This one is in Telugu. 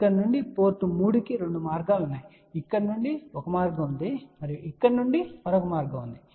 ఇక్కడ నుండి పోర్ట్ 3 కి 2 మార్గాలు ఉన్నాయి ఇక్కడ నుండి ఒక మార్గం ఉంది మరియు ఇక్కడ నుండి మరొక మార్గం ఉంది